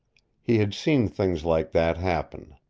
he had seen things like that happen.